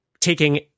taking